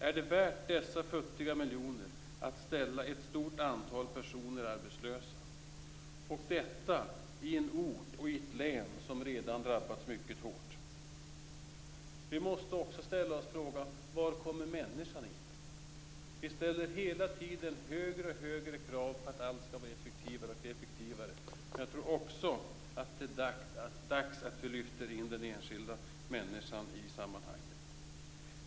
Är det värt dessa futtiga miljoner att ställa ett stort antal personer arbetslösa, detta i en ort och i ett län som redan drabbats mycket hårt? Vi måste också ställa oss frågan: Var kommer människan in? Vi ställer hela tiden högre krav på att allt skall bli effektivare, men jag tror att det är dags att också lyfta in den enskilda människan i sammanhanget.